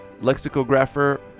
lexicographer